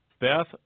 Beth